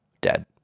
dead